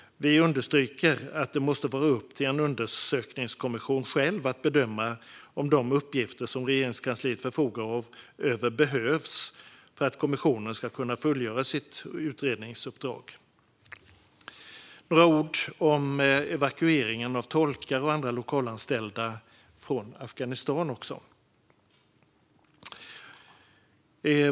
Vi understryker att det måste vara upp till en undersökningskommission att själv bedöma om de uppgifter som Regeringskansliet förfogar över behövs för att kommissionen ska kunna fullgöra sitt utredningsuppdrag. Jag vill också säga några ord om evakueringen av tolkar och andra lokalanställda från Afghanistan.